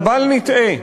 אבל בל נטעה,